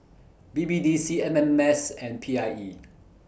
B B D C M M S and P I E